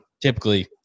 typically